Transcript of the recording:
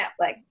Netflix